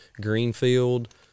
Greenfield